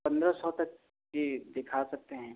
पन्द्रह सौ तक के दिखा सकते हैं